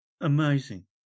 Amazing